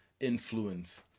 influence